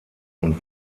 und